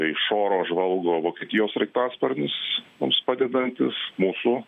iš oro žvalgo vokietijos sraigtasparnis mums padedantis mūsų